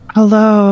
Hello